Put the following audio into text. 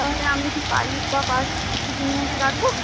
তাহলে আমি কি পাইপ বা পার্টস কিছু কিনে এনে রাখব